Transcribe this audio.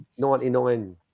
99